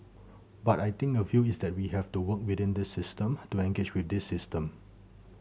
but I think a view is that we have to work within this system to engage with this system